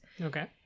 Okay